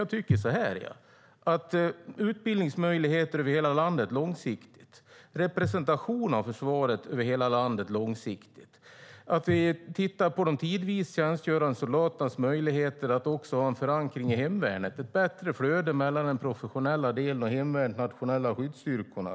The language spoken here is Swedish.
Jag tycker att det ska finnas utbildningsmöjligheter och representation av försvaret i hela landet långsiktigt. Vi ska titta på de tidvis tjänstgörande soldaternas möjligheter att också ha en förankring i hemvärnet med ett bättre flöde mellan den professionella delen, hemvärnet och de nationella skyddsstyrkorna.